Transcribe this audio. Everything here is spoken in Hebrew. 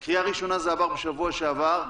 זה עבר קריאה ראשונה בשבוע שעבר,